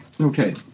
Okay